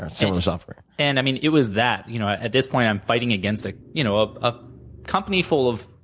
similar software. and i mean, it was that. you know at this point, i'm fighting against a you know ah ah company full of